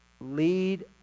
Lead